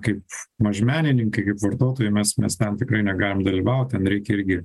kaip mažmenininkai kaip vartotojai mes mes ten tikrai negalim dalyvauti ten reikia irgi